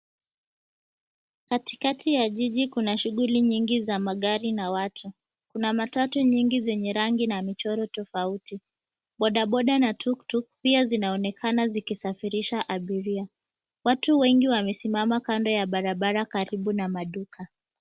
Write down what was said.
Katikati ya jiji kuna shughuli nyingi za magari na watu, kuna matatu nyingi zenye rangi na michoro tofauti. Bodaboda na tuktuk pia zinaonekana zikisafirisha abiria. Watu wengi wamesimama kando ya barabara karibu na maduka.